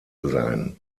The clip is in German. sein